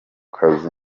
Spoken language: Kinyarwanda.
kazi